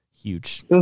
huge